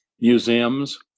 museums